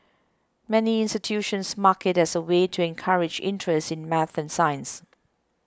many institutions mark it as a way to encourage interest in math and science